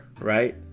right